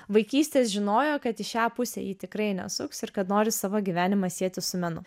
vaikystės žinojo kad į šią pusę ji tikrai nesuks ir kad nori savo gyvenimą sieti su menu